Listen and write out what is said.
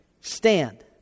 Stand